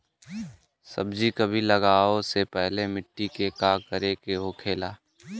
सब्जी कभी लगाओ से पहले मिट्टी के का करे के होखे ला?